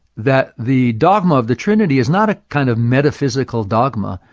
that the dogma of the trinity is not a kind of metaphysical dogma.